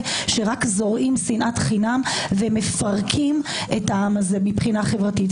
שרק זורעים שנאת חינם ומפרקים את העם הזה מבחינה חברתית.